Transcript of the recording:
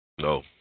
No